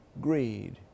Greed